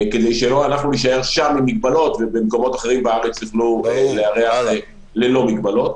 כדי שלא נישאר שם עם מגבלות ובמקומות אחרים בארץ יוכלו לארח ללא מגבלות.